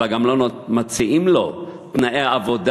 אלא גם לא מציעים לו תנאי עבודה,